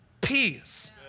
Peace